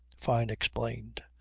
fyne explained.